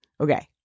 Okay